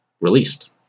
released